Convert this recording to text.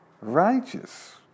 righteous